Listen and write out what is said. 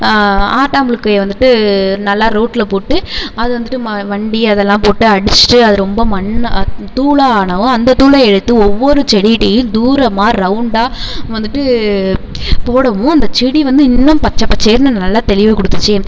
ஆட்டாம்புழுக்கைய வந்துட்டு நல்லா ரோட்ல போட்டு அது வந்துட்டு ம வண்டி அதெல்லாம் போட்டு அடிச்சிட்டு அது ரொம்ப மண் தூளாக ஆனதும் அந்த தூளை எடுத்து ஒவ்வொரு செடிக்கிட்டயும் தூரமாக ரவுண்டாக வந்துட்டு போடுவோம் அந்த செடி வந்து இன்னும் பச்சை பச்சேல்னு நல்லா தெளிவு கொடுத்துச்சி